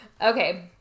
Okay